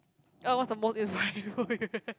oh what's the most inspiring